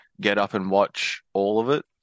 get-up-and-watch-all-of-it